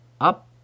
up